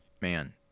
man